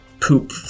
poop